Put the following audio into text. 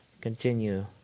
continue